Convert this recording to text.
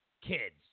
kids